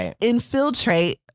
infiltrate